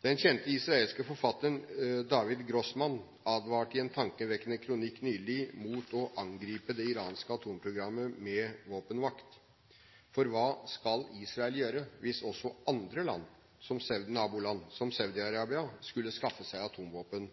Den kjente israelske forfatteren David Grossman advarte i en tankevekkende kronikk nylig mot å angripe det iranske atomprogrammet med våpenmakt. Hva skal Israel gjøre hvis også andre naboland, som Saudi-Arabia, skulle skaffe seg atomvåpen,